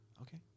Okay